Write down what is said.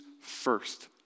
first